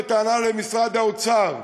בטענה למשרד האוצר.